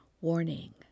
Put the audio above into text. Warning